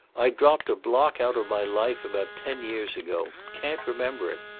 i dropped a block out of my life about ten years ago. can't remember it.